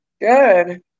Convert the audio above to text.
Good